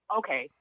okay